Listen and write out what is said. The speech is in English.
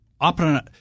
operate